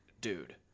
dude